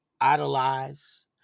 idolize